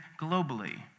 globally